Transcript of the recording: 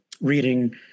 reading